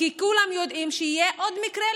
כי כולם יודעים שיהיה עוד מקרה,